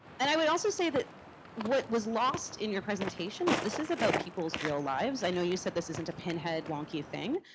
and i would also say that what was lost in your presentation is this is about people's real lives. i know you said this isn't a pinhead wonky thing.